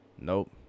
nope